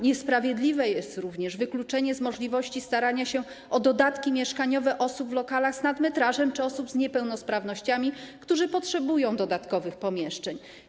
Niesprawiedliwe jest również wykluczenie z możliwości starania się o dodatki mieszkaniowe osób w lokalach z nadmetrażem czy osób z niepełnosprawnościami, które potrzebują dodatkowych pomieszczeń.